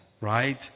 right